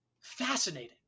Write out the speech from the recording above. fascinating